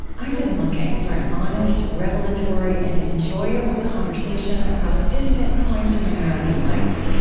i've been looking for an honest, revelatory, and enjoyable conversation across distant points of american life,